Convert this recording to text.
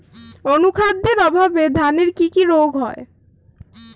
অনুখাদ্যের অভাবে ধানের কি কি রোগ হয়?